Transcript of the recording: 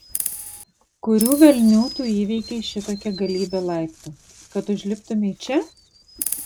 kurių velnių tu įveikei šitokią galybę laiptų kad užliptumei čia